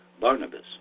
Barnabas